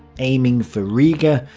aiming for riga,